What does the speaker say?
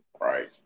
Right